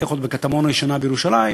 אתה יכול לראות בקטמון הישנה בירושלים,